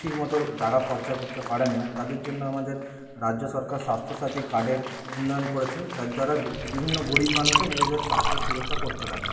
ঠিক মতন টাকা খরচা করতে পারেন না তাদের জন্য আমাদের রাজ্য সরকার স্বাস্থ্য সাথি কার্ডের উন্নয়ন করেছেন তার দ্বারা বিভিন্ন গরিব মানুষও নিজেদের স্বাস্থ্যের সুরক্ষা করতে পারেন